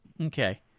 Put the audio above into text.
Okay